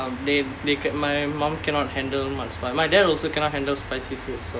ya they make it my mom cannot handle but my dad also cannot handle spicy food so